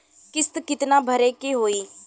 किस्त कितना भरे के होइ?